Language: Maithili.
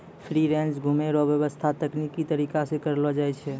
फ्री रेंज घुमै रो व्याबस्था तकनिकी तरीका से करलो जाय छै